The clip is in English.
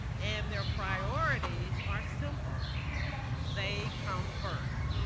and their priorities are simple they come first.